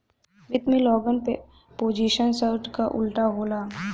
वित्त में long position short क उल्टा होला